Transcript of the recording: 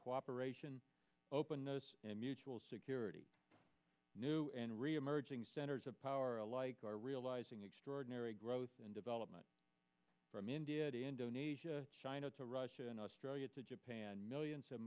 cooperation openness and mutual security new and reemerging centers of power alike are realizing extraordinary growth and development from india indonesia china to russia and australia to japan millions